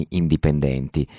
indipendenti